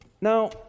Now